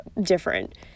different